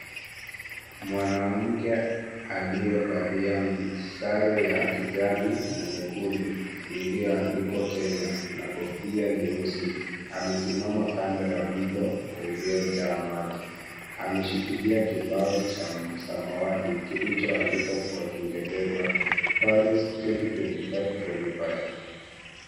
Mwanamke aliyevalia sare ya kijani na nyekundu iliyoandikwa Kenya, na kofia nyeusi, amesimama kando ya mto uliojaa maji. Ameshikilia kibao cha samawati kilichoandikwa kwa kiingereza Paris 2025 Qualifier